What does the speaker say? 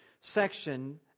section